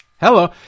Hello